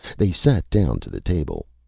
they sat down to the table.